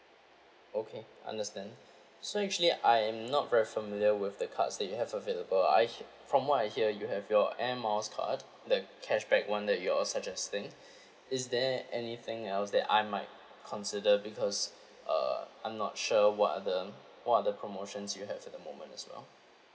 okay understand so actually I am not very familiar with the cards that you have available I h~ from what I hear you have your air miles card the cashback one that you're suggesting is there anything else that I might consider because uh I'm not sure what other what other promotions you have at the moment as well